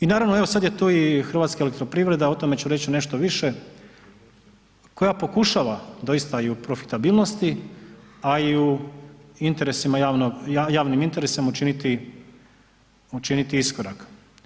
I naravno evo sad je tu i Hrvatska elektroprivreda, o tome ću reći nešto više, koja pokušava doista i u profitabilnosti, a i u interesima javnog, javnim interesima učiniti iskorak.